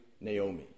Naomi